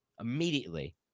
Immediately